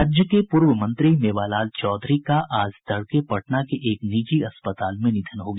राज्य के पूर्व मंत्री मेवालाल चौधरी का आज तड़के पटना के एक निजी अस्पताल में निधन हो गया